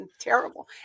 Terrible